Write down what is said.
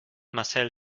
marcel